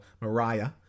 Mariah